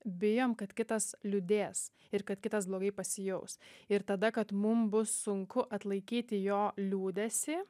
bijom kad kitas liūdės ir kad kitas blogai pasijaus ir tada kad mum bus sunku atlaikyti jo liūdesį